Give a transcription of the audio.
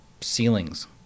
ceilings